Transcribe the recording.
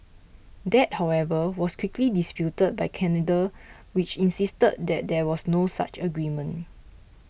that however was quickly disputed by Canada which insisted that there was no such agreement